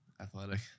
Athletic